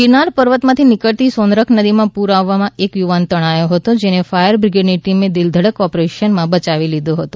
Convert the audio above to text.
ગિરનાર પર્વત માથી નીકળતી સોનરખ નદી માં પૂર આવતા એક યુવાન તણાથો હતો જેને ફાયર બ્રિગેડ ની ટીમે દિલધડક ઓપરેશન માં બયાવી લીધો હતો